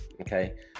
okay